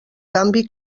canvi